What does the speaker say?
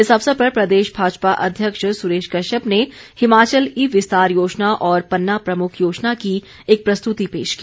इस अवसर पर प्रदेश भाजपा अध्यक्ष सुरेश कश्यप ने हिमाचल ई विस्तार योजना और पन्ना प्रमुख योजना की एक प्रस्तुति पेश की